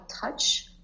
touch